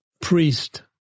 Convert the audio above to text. priest